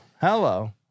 Hello